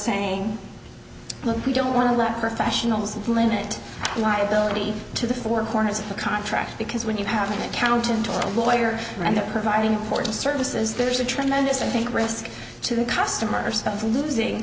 saying look we don't want to let professionals limit liability to the four corners of the contract because when you have an accountant or a lawyer and they're providing important services there's a tremendous i think risk to the customer spends losing